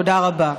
תודה רבה.